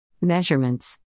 Measurements